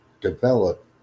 develop